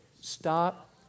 stop